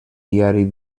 diari